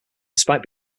despite